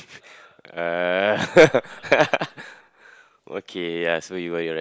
uh okay ya so you were you're right